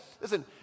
listen